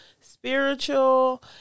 spiritual